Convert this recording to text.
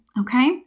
Okay